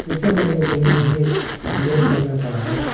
teacher बनने के लिए मुझे बी एड करना पड़ा है